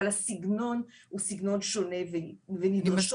אבל הסגנון הוא סגנון שונה ונדרשות פה התקנות.